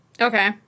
Okay